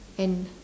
and